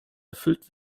erfüllt